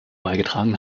beigetragen